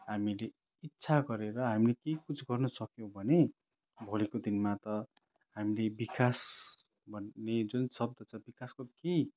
हामीले इच्छा गरेर हामी केही कुछ गर्न सक्यौँ भने भोलिको दिनमा त हामीले विकास भन्ने जुन शब्द छ विकासको केही